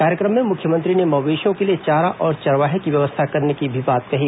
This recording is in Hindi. कार्यक्रम में मुख्यमंत्री ने मवेशियों के लिए चारा और चरवाहे की व्यवस्था करने की भी बात कही